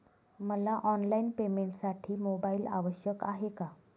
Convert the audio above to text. मला ऑनलाईन पेमेंटसाठी मोबाईल आवश्यक आहे का?